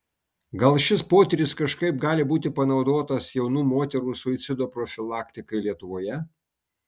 gal šis potyris kažkaip gali būti panaudotas jaunų moterų suicido profilaktikai lietuvoje